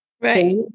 Right